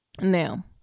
Now